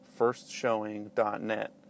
firstshowing.net